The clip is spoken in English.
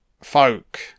folk